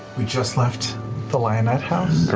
we just left the lionett house?